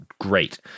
great